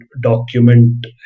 document